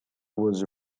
was